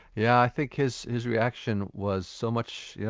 yeah i think his his reaction was so much, yeah